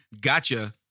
gotcha